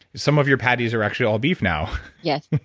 some of your patties are actually all beef now, yeah